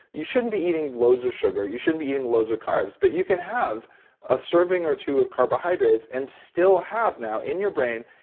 you shouldn't be eating loads of sugar. you shouldn't be eating loads of carbs, but you can have a serving or two of carbohydrates and still have, now, in your brain,